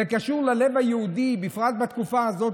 זה קשור ללב היהודי, ובפרט בתקופה הזאת.